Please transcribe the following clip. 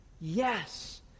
Yes